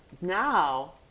now